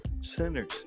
sinners